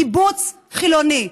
קיבוץ חילוני.